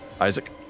Isaac